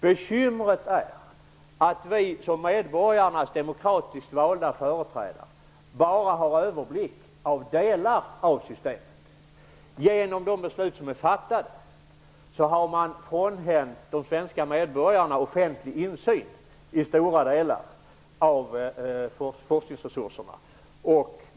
Bekymret är att vi som medborgarnas demokratiskt valda företrädare bara har överblick över delar av systemet. Genom de beslut som är fattade har man frånhänt de svenska medborgarna offentlig insyn vad gäller stora delar av forskningsresurserna.